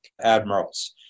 admirals